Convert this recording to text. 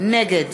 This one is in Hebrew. נגד